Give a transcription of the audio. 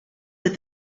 that